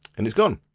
and it's gone.